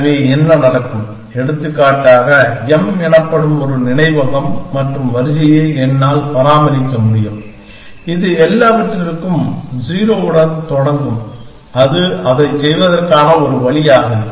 எனவே என்ன நடக்கும் எடுத்துக்காட்டாக M எனப்படும் ஒரு நினைவகம் மற்றும் வரிசையை என்னால் பராமரிக்க முடியும் இது எல்லாவற்றிற்கும் 0 உடன் தொடங்கும் அது அதைச் செய்வதற்கான ஒரு வழியாகும்